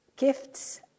Gifts